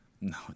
No